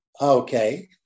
okay